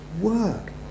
work